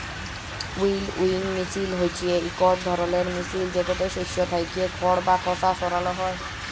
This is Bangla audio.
উইলউইং মিশিল হছে ইকট ধরলের মিশিল যেটতে শস্য থ্যাইকে খড় বা খসা সরাল হ্যয়